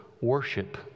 worship